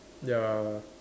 ya